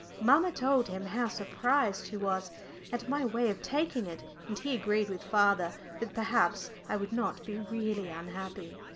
mamma told him how surprised she was at my way of taking it, and he agreed with father that perhaps i would not be really unhappy.